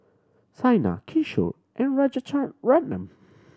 Saina Kishore and